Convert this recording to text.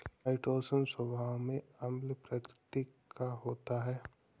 chitosan स्वभाव में अम्ल प्रकृति का होता है